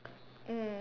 mm